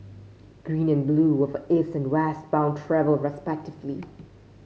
green and blue were for East and West bound travel respectively